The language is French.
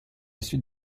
suite